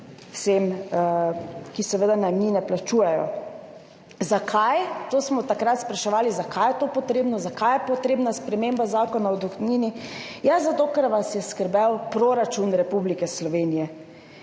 vsem, ki seveda plačujejo najemnine. Zakaj? To smo takrat spraševali, zakaj je to potrebno, zakaj je potrebna sprememba Zakona o dohodnini. Zato, ker vas je skrbel proračun Republike Slovenije.